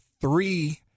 three